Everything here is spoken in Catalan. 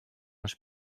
els